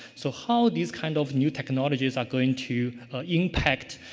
so, how these kind of new technologies are going to impact